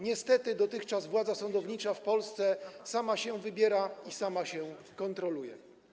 Niestety dotychczas władza sądownicza w Polsce sama się wybiera i sama się kontroluje.